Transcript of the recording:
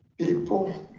people